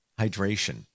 hydration